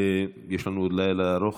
יש לנו עוד לילה ארוך,